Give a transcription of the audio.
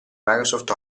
microsoft